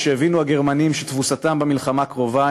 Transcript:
כשהבינו הגרמנים שתבוסתם במלחמה קרובה,